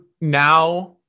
now